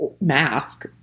mask